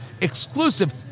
exclusive